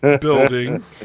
building